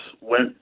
went